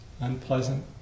unpleasant